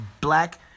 Black